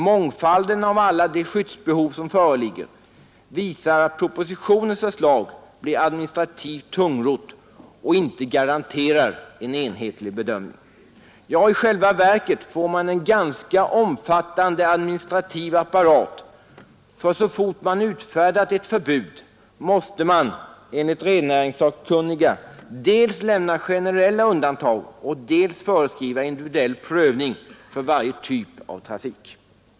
Mångfalden av alla de skyddsbehov som föreligger visar att propositionens förslag blir administrativt tungrott och inte garanterar en enhetlig bedömning. Ja, i själva verket får man en ganska omfattande administrativ apparat, för så fort man utfärdat ett förbud måste man enligt rennäringssakkunniga dels lämna generella undantag, dels föreskriva individuell prövning för varje typ av trafik.